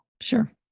Sure